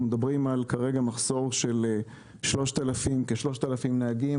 אנחנו מדברים כרגע על מחסור של כ-3,000 נהגים